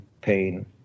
pain